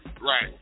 Right